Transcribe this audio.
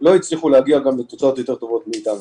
לא הצליחו להגיע גם לתוצאות יותר טובות מאתנו.